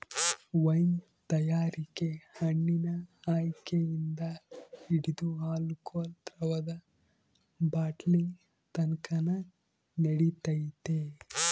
wine ತಯಾರಿಕೆ ಹಣ್ಣಿನ ಆಯ್ಕೆಯಿಂದ ಹಿಡಿದು ಆಲ್ಕೋಹಾಲ್ ದ್ರವದ ಬಾಟ್ಲಿನತಕನ ನಡಿತೈತೆ